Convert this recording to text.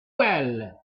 well